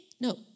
No